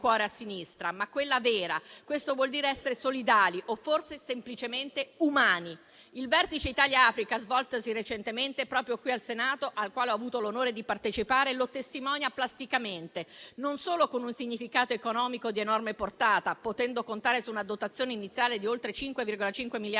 cuore a sinistra, ma quelle vere. Questo vuol dire essere solidali, o forse semplicemente umani. Il vertice Italia-Africa, svoltosi recentemente proprio qui al Senato, al quale ho avuto l'onore di partecipare, lo testimonia plasticamente, non solo con un significato economico di enorme portata, potendo contare su una dotazione iniziale di oltre 5,5 miliardi